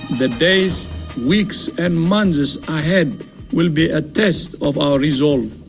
the days weeks and months ahead will be a test of our resolve.